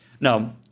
No